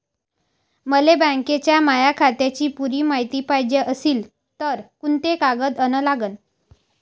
मले बँकेच्या माया खात्याची पुरी मायती पायजे अशील तर कुंते कागद अन लागन?